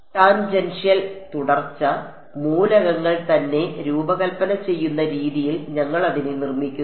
tangential തുടർച്ച മൂലകങ്ങൾ തന്നെ രൂപകല്പന ചെയ്യുന്ന രീതിയിൽ ഞങ്ങൾ അതിനെ നിർമ്മിക്കുന്നു